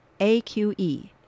AQE